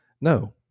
no